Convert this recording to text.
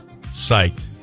psyched